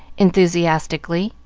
enthusiastically.